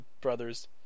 Brothers